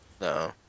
No